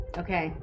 okay